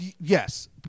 Yes